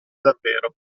davvero